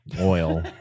oil